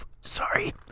Sorry